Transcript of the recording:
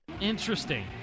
interesting